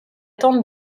tante